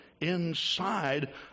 inside